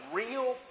real